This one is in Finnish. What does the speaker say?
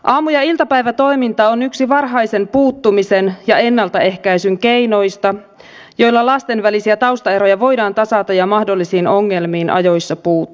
aamu ja iltapäivätoiminta on yksi varhaisen puuttumisen ja ennaltaehkäisyn keinoista joilla lasten välisiä taustaeroja voidaan tasata ja mahdollisiin ongelmiin ajoissa puuttua